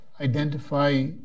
identify